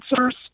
answers